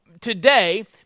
today